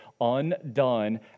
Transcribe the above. undone